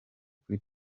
kuri